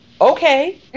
okay